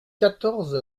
quatorze